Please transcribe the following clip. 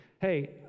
Hey